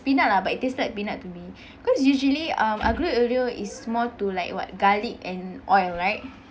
peanut lah but it tasted like peanut to me because usually um aglio olio is more to like what garlic and oil right